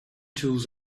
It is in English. tools